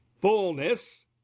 fullness